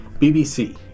BBC